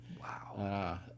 Wow